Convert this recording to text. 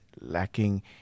lacking